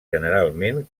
generalment